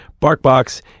BarkBox